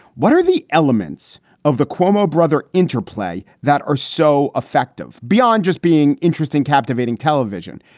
what are the elements of the cuomo brother interplay that are so effective beyond just being interesting, captivating television?